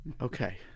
Okay